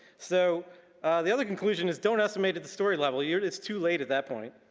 so the other conclusion is, don't estimate at the story level. yeah it's too late at that point.